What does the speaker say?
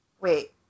Wait